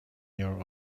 your